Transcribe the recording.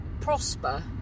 prosper